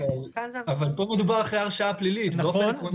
אבל פה מדובר אחרי הרשעה פלילית -- נכון,